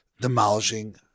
demolishing